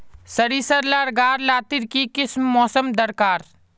सरिसार ला गार लात्तिर की किसम मौसम दरकार?